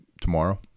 tomorrow